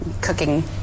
cooking